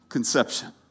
Conception